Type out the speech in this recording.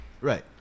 Right